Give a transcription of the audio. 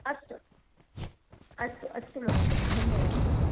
अस्तु अस्तु अस्तु महोदयः धन्यवादाः